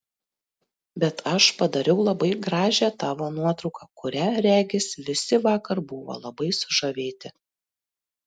bet aš padariau labai gražią tavo nuotrauką kuria regis visi vakar buvo labai sužavėti